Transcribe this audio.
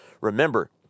Remember